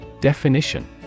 Definition